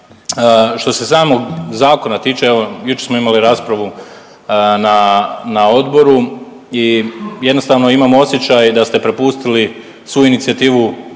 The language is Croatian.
Što se samog zakona tiče, evo jučer smo imali raspravu na, na odboru i jednostavno imam osjećaj da ste prepustili svu inicijativu